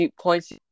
points